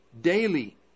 Daily